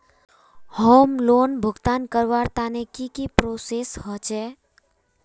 Home loan भुगतान करवार तने की की प्रोसेस होचे?